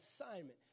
assignment